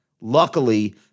Luckily